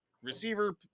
receiver